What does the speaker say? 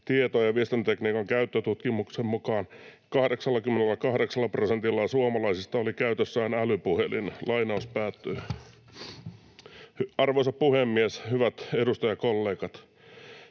tieto- ja viestintätekniikan käyttö ‑tutkimuksen mukaan 88 prosentilla suomalaisista oli käytössään älypuhelin.” Arvoisa puhemies! Hyvät edustajakollegat!